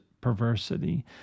perversity